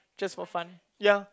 just for fun ya